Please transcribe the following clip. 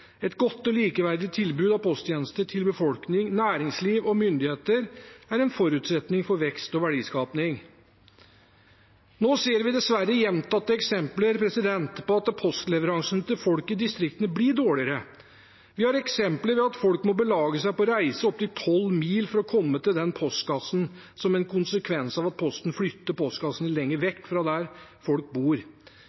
Et godt og likeverdig tilbud av posttjenester til befolkning, næringsliv og myndigheter er en forutsetning for vekst og verdiskaping. Nå ser vi dessverre gjentatte eksempler på at postleveransene til folk i distriktene blir dårligere. Vi har eksempler på at folk må belage seg på å reise opptil 12 mil for å komme til postkassen, som en konsekvens av at Posten flytter postkassen